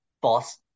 boss